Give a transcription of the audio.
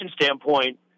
standpoint